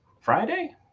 friday